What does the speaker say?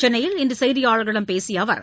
சென்னையில் இன்று செய்தியாளர்களிடம் பேசிய அவர்